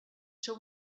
seu